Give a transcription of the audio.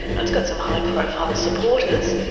and it's got some high-profile supporters,